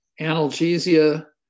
analgesia